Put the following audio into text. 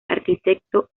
arquitecto